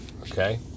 okay